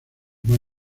más